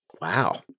Wow